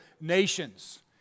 nations